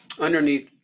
underneath